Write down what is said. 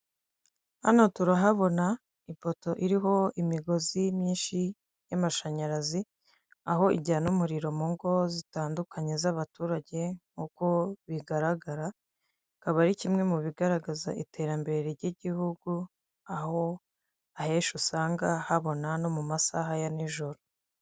Hano turahabona ipoto iriho imigozi myinshi y'amashanyarazi, aho ijyana umuriro mu ngo zitandukanye z'abaturage, nk'uko bigaragara, akaba ari kimwe mu bigaragaza iterambere ry'igihugu, aho ahenshi usanga habona no mu masaha ya nijoro.